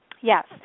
Yes